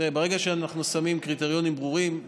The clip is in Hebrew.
ברגע שאנחנו שמים קריטריונים ברורים,